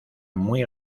muy